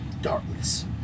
darkness